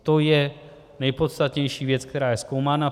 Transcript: To je nejpodstatnější věc, která je zkoumána.